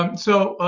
um so,